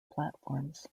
platforms